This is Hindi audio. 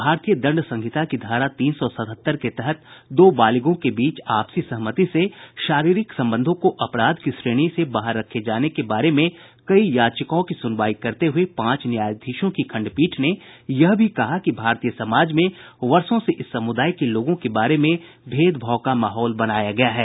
भारतीय दंड संहिता की धारा तीन सौ सतहत्तर के तहत दो बालिगों के बीच आपसी सहमति से शारीरिक संबंधों को अपराध की श्रेणी से बाहर रखे जाने के बारे में कई याचिकाओं की सुनवाई करते हुए पांच न्यायाधीशों की खंडपीठ ने यह भी कहा कि भारतीय समाज में वर्षों से इस समुदाय के लोगों के बारे में भेदभाव का माहौल बनाया गया है